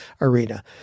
arena